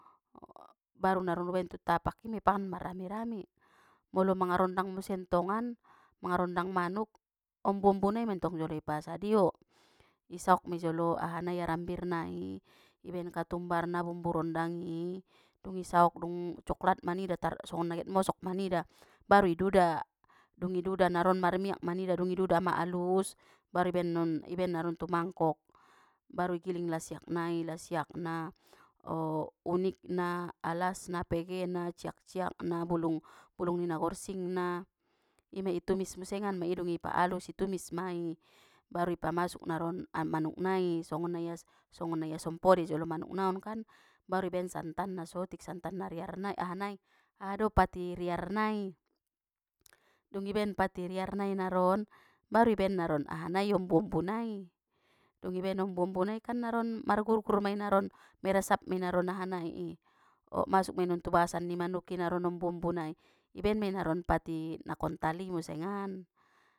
Baru naron ubaen tu tapak imei ipangan marrami-rami molo mangarondang museng tongan marondang manuk ombu-ombu nai mentong jolo ipasadio isaok mei jolo aha nai arambir nai ibaen katumbar na bumbu rondang i dung isaok dung coklat ma nida tarsongon na get mosok ma nida baru i duda dung iduda naron marmiak ma nida dungi duda ma alus baru ibaen non ibaen naron tu mangkok baru igiling lasiak nai lasiak na o unik na alas na pege na ciakciak na bulung bulung ni na gorsingna ima i tumis musengan mei dung ipa alus itumis mai baru i pamasuk naron a-manuk nai songon na ias-songon na i asom podeh jolo manuk naon kan baru ibaen santan na sotik santan nariar nai aha nai aha do pati riar nai, dung ibaen pati riar nai naron baru i baen naron aha nai ombu-ombu nai dung ibaen ombu-ombu nai kan naron margurgur mai naron meresap mai naron aha nai o masuk mei non tu bagasan ni manuk i naron ombu ombu nai ibaen me naron pati na kontali musengan.